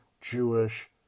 Jewish